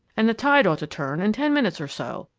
and the tide ought to turn in ten minutes or so.